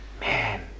Man